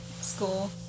School